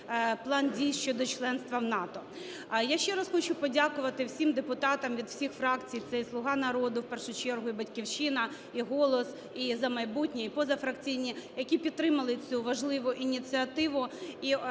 План дій щодо членства в НАТО. Я ще раз хочу подякувати всім депутатам від всіх фракцій, це і "Слуга народу" в першу чергу, і "Батьківщина", і "Голос", і "За майбутнє", і позафракційні, які підтримали цю важливу ініціативу.